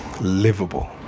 livable